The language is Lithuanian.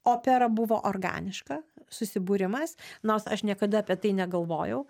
opera buvo organiška susibūrimas nors aš niekada apie tai negalvojau